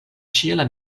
ĉiela